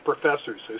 professors